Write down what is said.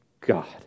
God